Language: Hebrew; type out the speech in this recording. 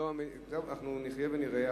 אנחנו נחיה ונראה,